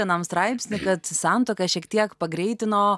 vienam straipsny kad santuoką šiek tiek pagreitino